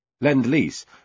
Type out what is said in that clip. Lend-Lease